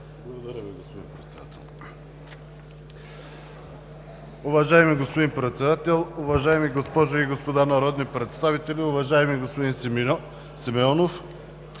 Благодаря Ви, господин Председател.